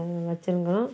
வெச்சுருந்தோம்